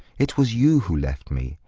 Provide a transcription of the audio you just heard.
it was you who left me.